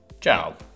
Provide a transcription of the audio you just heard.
Ciao